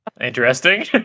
Interesting